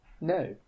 no